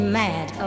mad